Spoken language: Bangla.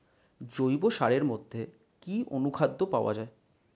জৈব সারের মধ্যে কি অনুখাদ্য পাওয়া যায়?